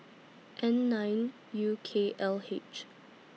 N nine U K L H